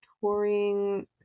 touring